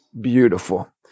beautiful